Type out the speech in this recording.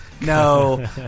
No